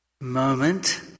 moment